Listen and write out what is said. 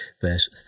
verse